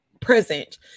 present